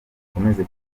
ikomeze